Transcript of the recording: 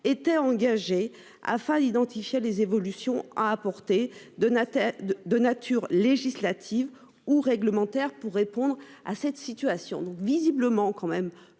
était engagée afin d'identifier les évolutions à apporter de la tête de, de nature législative ou réglementaire pour répondre à cette situation donc visiblement quand même